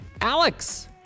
Alex